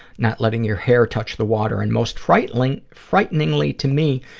not letting your hair touch the water, and, most frighteningly frighteningly to me,